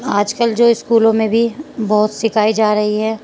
آج کل جو اسکولوں میں بھی بہت سکھائی جا رہی ہے